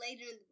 later